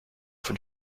von